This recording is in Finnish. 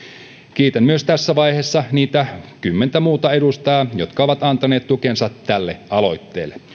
kiitän tässä vaiheessa niitä kymmentä muuta edustajaa jotka ovat antaneet tukensa tälle aloitteelle